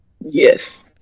Yes